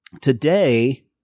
Today